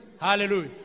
Hallelujah